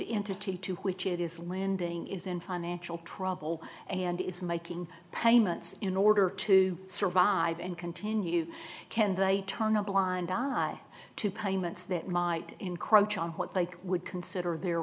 entity to which it is lending is in financial trouble and is making payments in order to survive and continue can they turn a blind eye to payments that might encroach on what they would consider their